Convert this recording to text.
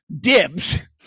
dibs